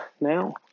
now